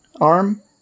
arm